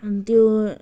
त्यो